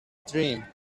dream